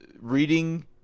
reading